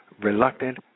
reluctant